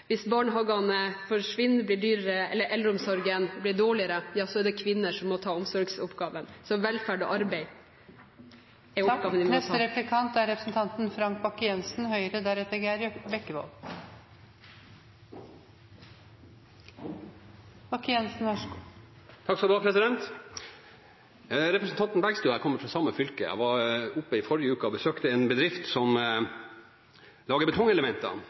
Hvis barnehagene forsvinner eller blir dyrere, eller eldreomsorgen blir dårligere, er det kvinner som må ta omsorgsoppgavene. Så velferd og arbeid er oppgavene vi må ta. Representanten Bergstø og jeg kommer fra samme fylke. Jeg var der sist uke og besøkte en bedrift som lager betongelementer.